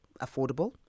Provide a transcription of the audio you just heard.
Affordable